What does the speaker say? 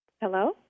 Hello